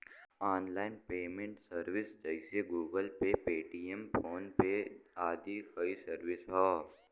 online payment service जइसे Google Pay, Paytm, PhonePe आदि कई सर्विस हौ